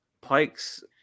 Pikes